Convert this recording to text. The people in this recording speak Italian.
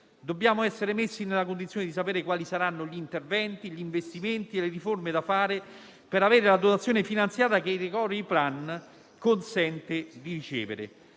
Dobbiamo essere messi nella condizione di sapere quali saranno gli interventi, gli investimenti e le riforme da fare per avere la dotazione finanziaria che il *recovery plan* consente di ricevere.